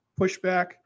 pushback